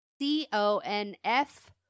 C-O-N-F